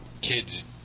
kids